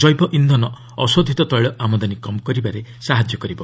ଜୈବ ଇନ୍ଧନ ଅଶୋଧିତ ତୈଳ ଆମଦାନି କମ୍ କରିବାରେ ସାହାଯ୍ୟ କରିବ